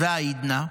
"והאידנא,